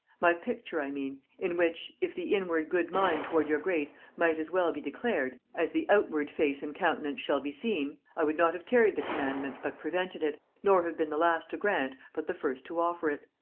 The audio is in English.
my picture i mean in which, if the inward good mind toward your grace might as well be declared, as the outward face and countenance shall be seen, i would not have tarried the commandment but prevented it, nor have been the last to grant but the first to offer it.